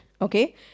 okay